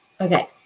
okay